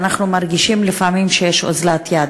ואנחנו מרגישים לפעמים שיש אוזלת יד.